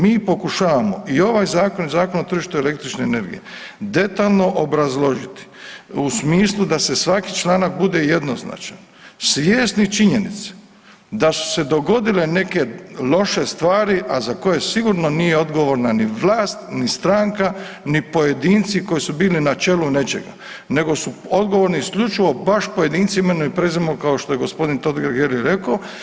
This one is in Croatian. Mi pokušavamo i ovaj zakon i Zakon o tržištu električne energije detaljno obrazložiti u smislu da se svaki članak bude jednoznačan svjesni činjenice da su se dogodile neke loše stvari, a koje sigurno nije odgovorna ni vlast, ni stranka, ni pojedinci koji su bili na čelu nečega, nego odgovorni isključivo baš pojedinci imenom i prezimenom kao što je gospodin Totgergeli rekao.